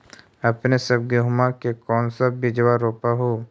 अपने सब गेहुमा के कौन सा बिजबा रोप हू?